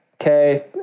okay